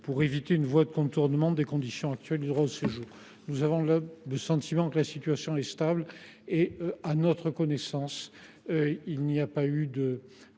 pour éviter une voie de contournement des conditions actuelles du droit au séjour. Nous avons le sentiment que la situation est stable et, à notre connaissance, la mise en